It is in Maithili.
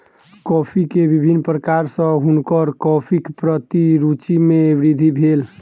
कॉफ़ी के विभिन्न प्रकार सॅ हुनकर कॉफ़ीक प्रति रूचि मे वृद्धि भेल